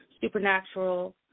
supernatural